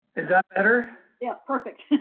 is that better? yeah, perfect.